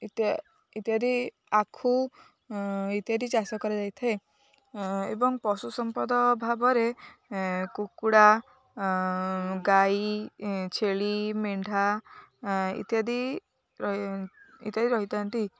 ଇତ୍ୟାଦି ଆଖୁ ଇତ୍ୟାଦି ଚାଷ କରାଯାଇଥାଏ ଏବଂ ପଶୁ ସମ୍ପଦ ଭାବରେ କୁକୁଡ଼ା ଗାଈ ଛେଳି ମେଣ୍ଢା ଇତ୍ୟାଦି ଇତ୍ୟାଦି ରହିଥାନ୍ତି